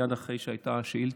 מייד אחרי שהייתה השאילתה,